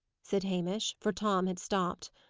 said hamish, for tom had stopped.